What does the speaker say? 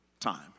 time